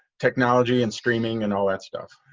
technology and streaming and all that stuff.